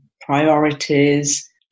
priorities